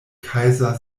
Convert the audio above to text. kaiser